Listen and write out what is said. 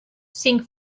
cinc